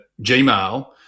Gmail